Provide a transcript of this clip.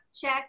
check